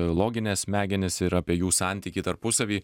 logines smegenis ir apie jų santykį tarpusavy